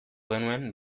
genuen